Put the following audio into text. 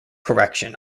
correction